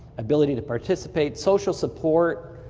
ability to participate, social support,